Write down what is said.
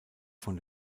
von